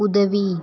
உதவி